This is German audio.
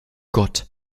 gott